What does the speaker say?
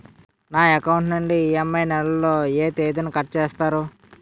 నా అకౌంట్ నుండి ఇ.ఎం.ఐ నెల లో ఏ తేదీన కట్ చేస్తారు?